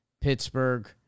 Pittsburgh